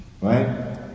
Right